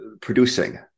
producing